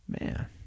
Man